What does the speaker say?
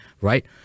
right